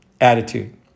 attitude